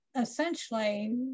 essentially